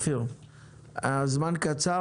הזמן קצר,